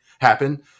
happen